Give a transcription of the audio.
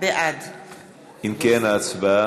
בעד אם כן, ההצבעה